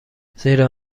زیرا